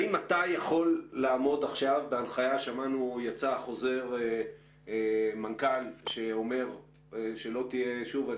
יצא חוזר מנכ"ל שאומר שלא יהיה אשפוז מחוץ לחדרים,